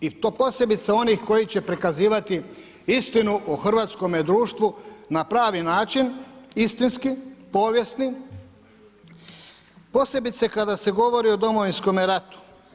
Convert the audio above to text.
I to posebice onih koji će prikazivati istinu o hrvatskome društvu na pravi način, istinski, povijesni, posebice kada se govori o Domovinskome ratu.